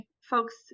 folks